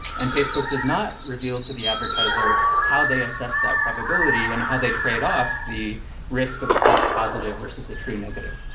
and facebook does not reveal to the advertiser how they assess that probability and how they trade off the risk of a false positive versus a true negative.